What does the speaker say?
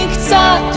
saw